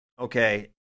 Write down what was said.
Okay